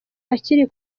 akiri